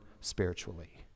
spiritually